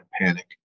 panic